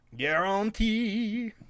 Guarantee